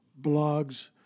blogs